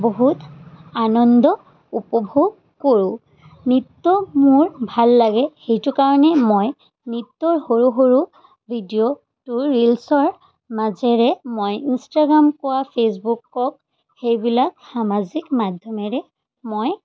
বহুত আনন্দ উপভোগ কৰোঁ নৃত্য মোৰ ভাল লাগে সেইটো কাৰণে মই নৃত্যৰ সৰু সৰু ভিডিঅ'বোৰ ৰিলচৰ মাজেৰে মই ইনষ্টাগ্ৰাম কোৱা ফেচবুক কওক সেইবিলাক সামাজিক মাধ্যমেৰে মই